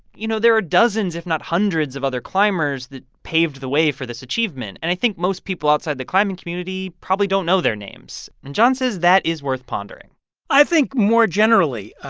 you know, there are dozens, if not hundreds, of other climbers that paved the way for this achievement. and i think most people outside the climbing community probably don't know their names, and john says that is worth pondering i think, more generally,